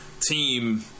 team